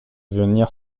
venir